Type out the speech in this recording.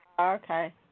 Okay